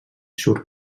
sur